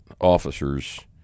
officers